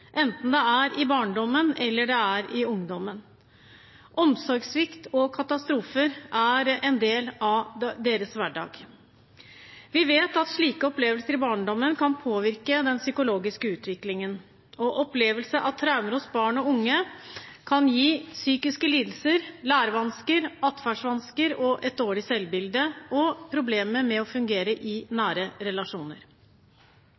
enten det er i barndommen, eller det er i ungdommen. Omsorgssvikt og katastrofer er en del av deres hverdag. Vi vet at slike opplevelser i barndommen kan påvirke den psykologiske utviklingen, og opplevelse av traumer hos barn og unge kan gi psykiske lidelser, lærevansker, atferdsvansker, et dårlig selvbilde og problemer med å fungere i nære relasjoner.